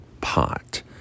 pot